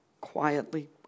Quietly